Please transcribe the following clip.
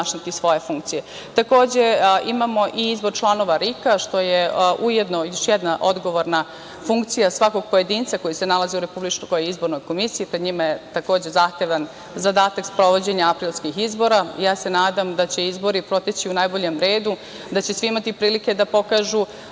imamo i izbore članova RIK, što je ujedno još jedna odgovorna funkcija svakog pojedinca koji se nalazi u RIK. Pred njima je takođe zahtevan zadatak sprovođenja aprilskih izbora. Ja se nadam da će izbori proteći u najboljem redu, da će svi imati prilike da pokažu